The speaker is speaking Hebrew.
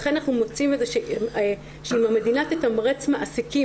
לכן אנחנו מוצאים שאם המדינה תתמרץ מעסיקים